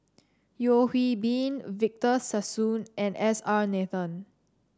Yeo Hwee Bin Victor Sassoon and S R Nathan